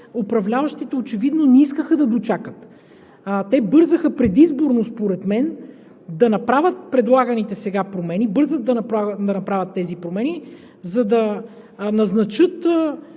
управляващите очевидно не искаха да дочакат. Те според мен бързаха предизборно да направят предлаганите сега промени. Бързат да направят тези промени, за да назначат